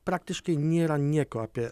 praktiškai nėra nieko apie